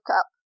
up